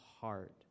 heart